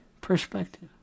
Perspective